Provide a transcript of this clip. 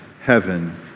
heaven